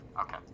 Okay